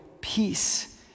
peace